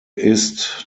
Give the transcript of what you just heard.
ist